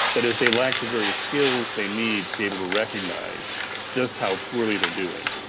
that is, they lack the very skills they need to be able to recognise just how poorly they are doing.